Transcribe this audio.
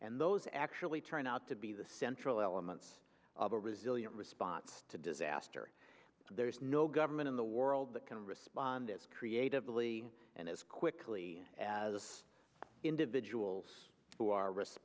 and those actually turn out to be the central elements of a resilient response to disaster there is no government in the world that can respond as creatively and as quickly as individuals who are